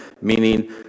meaning